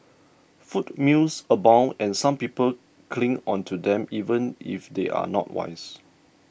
food myths abound and some people cling onto them even if they are not wise